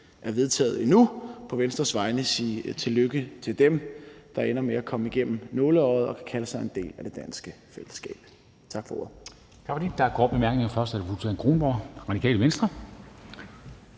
er vedtaget endnu, på Venstres vegne sige tillykke til dem, der ender med at komme igennem nåleøjet og kan kalde sig en del af det danske fællesskab. Tak for ordet.